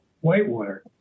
Whitewater